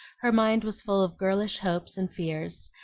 her mind was full of girlish hopes and fears,